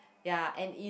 ya and if